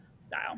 style